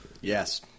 Yes